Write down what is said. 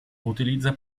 utilizza